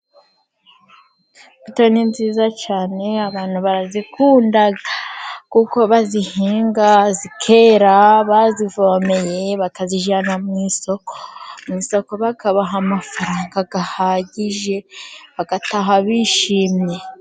Imbuto ni nziza cyane, abantu barazikunda. Kuko bazihinga zikera bazivomeye, bakazijyana mu isoko, bakabaha amafaranga ahagije, bagataha bishimye.